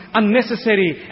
unnecessary